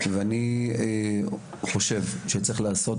ואני חושב שצריך לעשות,